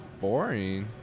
boring